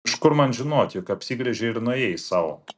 iš kur man žinoti juk apsigręžei ir nuėjai sau